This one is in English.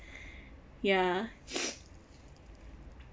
ya